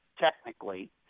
technically